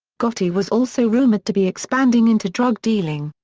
gotti was also rumored to be expanding into drug dealing,